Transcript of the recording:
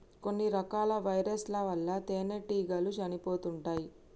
కొన్ని రకాల వైరస్ ల వల్ల తేనెటీగలు చనిపోతుంటాయ్